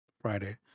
Friday